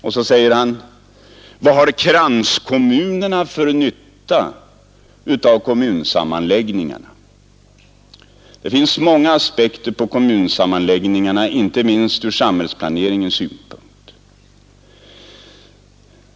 Vidare säger han: Vad har kranskommunerna för nytta av kommunsammanläggningen? Det finns många aspekter på kommunsammanläggningarna, inte minst ur samhällsplaneringens synpunkt.